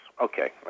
Okay